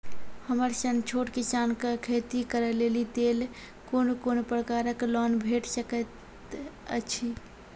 हमर सन छोट किसान कअ खेती करै लेली लेल कून कून प्रकारक लोन भेट सकैत अछि?